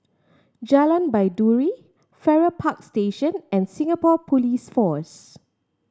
Jalan Baiduri Farrer Park Station and Singapore Police Force